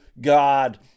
God